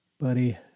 Buddy